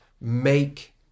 make